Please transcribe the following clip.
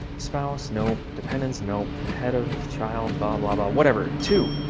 spouse, nope, dependents, nope, head of, child, blah blah blah, whatever. two.